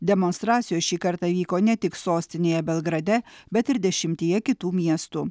demonstracijos šį kartą vyko ne tik sostinėje belgrade bet ir dešimtyje kitų miestų